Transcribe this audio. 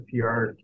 PR